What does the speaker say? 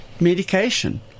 Medication